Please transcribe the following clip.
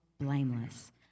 blameless